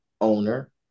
owner